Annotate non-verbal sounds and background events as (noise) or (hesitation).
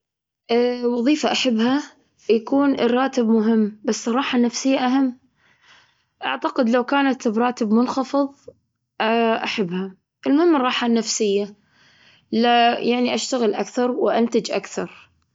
(hesitation) وظيفة أحبها؟ يكون الراتب مهم، بس الراحة النفسية أهم. أعتقد لو كانت براتب منخفض، (hesitation) أحبها. المهم الراحة النفسية، لا يعني اشتغل أكثر وأنتج أكثر.